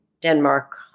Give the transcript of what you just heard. Denmark